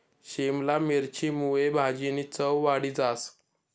शिमला मिरची मुये भाजीनी चव वाढी जास